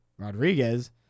Rodriguez